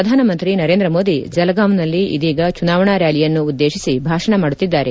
ಪ್ರಧಾನಮಂತ್ರಿ ನರೇಂದ್ರ ಮೋದಿ ಜಲಗಾಂವ್ನಲ್ಲಿ ಇದೀಗ ಚುನಾವಣಾ ರ್ಯಾಲಿಯನ್ನು ಉದ್ದೇಶಿಸಿ ಭಾಷಣ ಮಾಡುತ್ತಿದ್ದಾರೆ